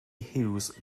hughes